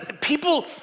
people